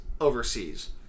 overseas